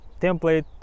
template